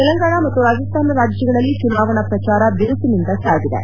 ತೆಲಂಗಾಣ ಮತ್ತು ರಾಜಾಸ್ತಾನ ರಾಜ್ಯಗಳಲ್ಲಿ ಚುನಾವಣಾ ಪ್ರಚಾರ ಬಿರುಸಿನಿಂದ ಸಾಗಿದೆ